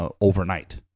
overnight